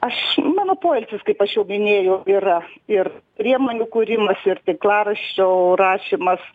aš mano poilsis kaip aš jau minėjau yra ir priemonių kūrimas ir tinklaraščio rašymas